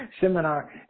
seminar